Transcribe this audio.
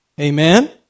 Amen